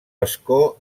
escó